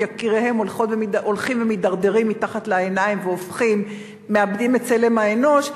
יקיריהן הולכים ומידרדרים מול העיניים ומאבדים את צלם האנוש,